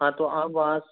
हाँ तो आप आज